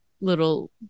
little